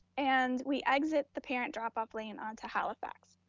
and we exit the parent drop-off lane onto halifax.